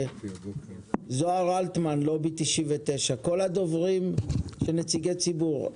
זהר אלטמן מלובי 99. כל הדוברים ונציגי ציבור,